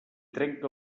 trenca